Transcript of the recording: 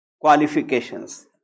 qualifications